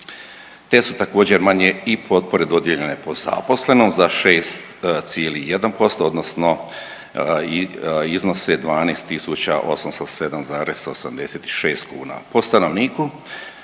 te su također manje i potpore dodijeljene po zaposlenom za 6,1% odnosno iznose 12.807,86 kuna. Po stanovniku